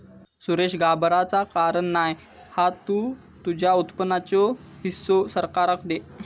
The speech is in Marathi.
सुरेश घाबराचा कारण नाय हा तु तुझ्या उत्पन्नाचो हिस्सो सरकाराक दे